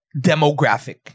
demographic